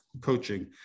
coaching